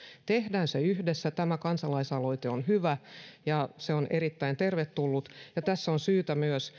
tehdään se yhdessä tämä kansalaisaloite on hyvä ja erittäin tervetullut tässä on syytä katsoa myös